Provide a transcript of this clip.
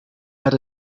had